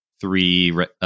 three